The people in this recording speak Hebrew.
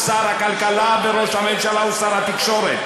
ראש הממשלה הוא שר הכלכלה וראש הממשלה הוא שר התקשורת.